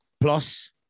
plus